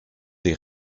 des